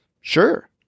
Sure